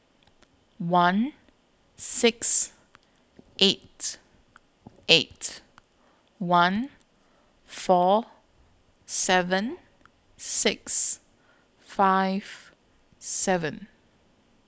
one six eight eight one four seven six five seven